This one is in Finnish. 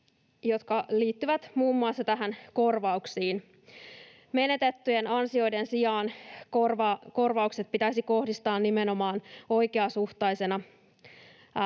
jotka liittyvät muun muassa näihin korvauksiin. Menetettyjen ansioiden sijaan korvaukset pitäisi kohdistaa nimenomaan oikeasuhtaisena